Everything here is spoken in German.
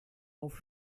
auf